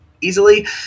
easily